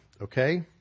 Okay